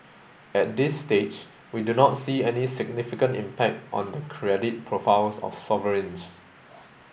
at this stage we do not see any significant impact on the credit profiles of sovereigns